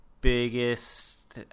biggest